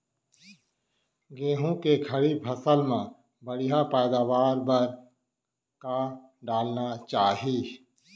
गेहूँ के खड़ी फसल मा बढ़िया पैदावार बर का डालना चाही?